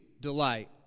delight